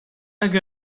hag